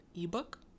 ebook